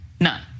None